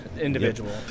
individual